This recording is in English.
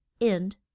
end